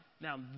now